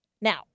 Now